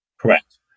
Correct